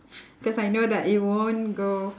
cause I know that it won't go